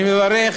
אני מברך